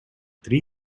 три